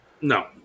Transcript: No